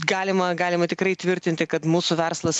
galima galima tikrai tvirtinti kad mūsų verslas